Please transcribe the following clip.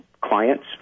clients